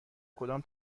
کدام